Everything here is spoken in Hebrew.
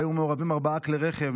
שבה היו מעורבים ארבעה כלי רכב.